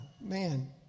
man